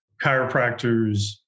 chiropractors